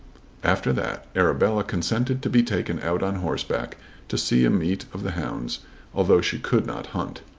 after that arabella consented to be taken out on horseback to see a meet of the hounds although she could not hunt.